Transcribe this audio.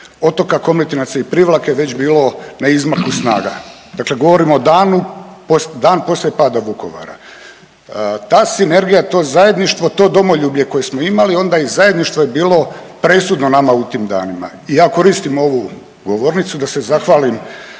Otoka, Komletinaca i Privlake već je bilo na izmaku snaga. Dakle, govorim o danu, dan poslije pada Vukovara. Ta sinergija, to zajedništvo, to domoljublje koje smo imali onda i zajedništvo je bilo presudno u tim danima i ja koristim ovu govornicu da se zahvalim